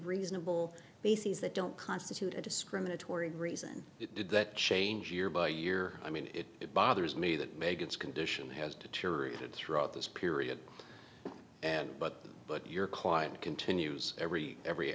reasonable bases that don't constitute a discriminatory reason it did that change year by year i mean it bothers me that maybe its condition has deteriorated throughout this period and but but your client continues every every